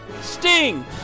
Sting